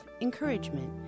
encouragement